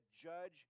judge